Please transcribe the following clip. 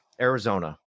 Arizona